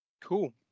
Cool